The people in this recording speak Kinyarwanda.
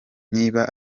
niba